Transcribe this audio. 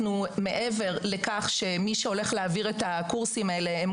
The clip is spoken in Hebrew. מעבר לכך שמי שהולך להעביר את הקורסים האלה הן